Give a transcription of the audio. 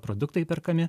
produktai perkami